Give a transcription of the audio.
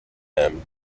him